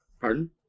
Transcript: Pardon